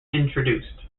introduced